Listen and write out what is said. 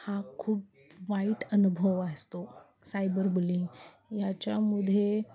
हा खूप वाईट अनुभव असतो सायबर बुलिंग याच्यामु